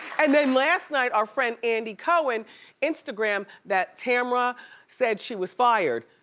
and then last night, our friend andy cohen instagrammed that tamra said she was fired.